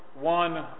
one